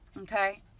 okay